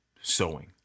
sewing